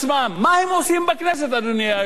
מה הם עושים בכנסת, אדוני היושב-ראש?